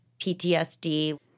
PTSD